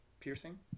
piercing